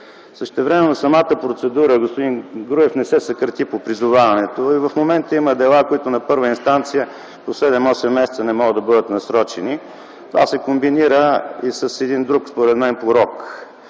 Същевременно самата процедура, господин Груев, не се съкрати по призоваването. В момента има дела, които на първа инстанция по 7-8 месеца не могат да бъдат насрочени. Това се комбинира и с един друг, според мен порок